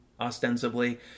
ostensibly